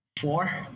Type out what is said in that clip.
Four